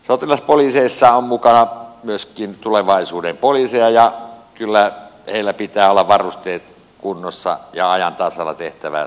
sotilaspoliiseissa on mukana myöskin tulevaisuuden poliiseja ja kyllä heillä pitää olla varusteet kunnossa ja ajan tasalla tehtävää suorittaessaan